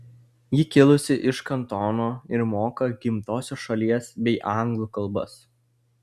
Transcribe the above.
ji kilusi iš kantono ir moka gimtosios šalies bei anglų kalbas